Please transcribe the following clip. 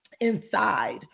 inside